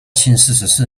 四十四